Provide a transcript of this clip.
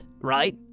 right